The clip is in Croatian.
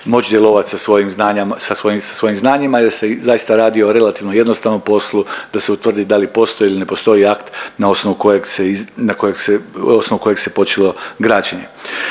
moć djelovati sa svojim znanjima i da se zaista radi o relativno jednostavnom poslu da se utvrdi da li postoji il ne postoji akt na osnovu kojeg se počelo u osnovu